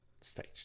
stage